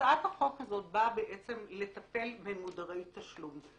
הצעת החוק הזאת באה בעצם לטפל במודרי תשלום,